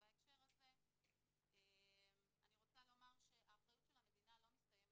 בהקשר הזה אני רוצה לומר שהאחריות של המדינה לא מסתיימת